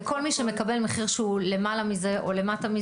וכל מי שמקבל מחיר שהוא למעלה מזה או למטה מזה?